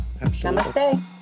Namaste